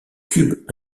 cube